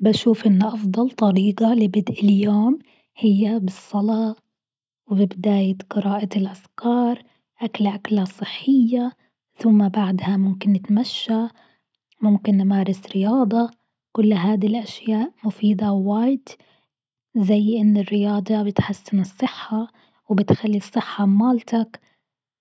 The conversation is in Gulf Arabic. بشوف أن أفضل طريقة لبدء اليوم هي بالصلاة وببداية قراءة الأذكار، أكل أكلة صحية ثم بعدها ممكن نتمشى ممكن نمارس رياضة، كل هذي الأشياء مفيدة واجد، زي أن الرياضة بتحسن الصحة وبتخلي الصحة مالتك